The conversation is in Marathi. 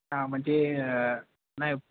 हा म्हणजे नाही